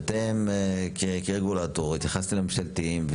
אתם כרגולטור התייחסתם לממשלתיים,